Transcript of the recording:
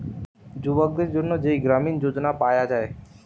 যুবকদের জন্যে যেই গ্রামীণ যোজনা পায়া যায়